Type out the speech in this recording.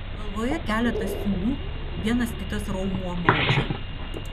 galvoje keletas siūlių vienas kitas raumuo maudžia